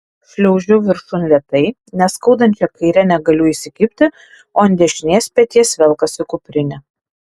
šliaužiu viršun lėtai nes skaudančia kaire negaliu įsikibti o ant dešinės peties velkasi kuprinė